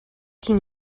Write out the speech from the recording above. can